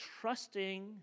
trusting